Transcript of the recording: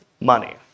money